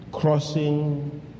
Crossing